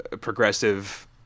progressive